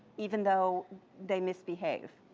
even though they misbehave.